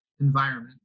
environment